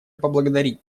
поблагодарить